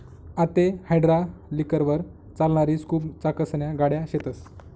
आते हायड्रालिकलवर चालणारी स्कूप चाकसन्या गाड्या शेतस